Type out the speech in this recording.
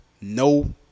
No